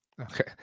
Okay